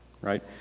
right